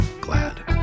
glad